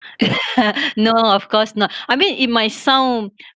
no of course not I mean it might sound